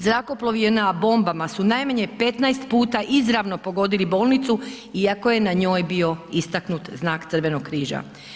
Zrakoplovi JNA bombama su najmanje 15 puta izravno pogodili bolnicu iako je na njoj bio istaknut znak Crvenog križa.